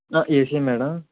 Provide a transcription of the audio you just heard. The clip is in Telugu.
ఏసీ యా మేడం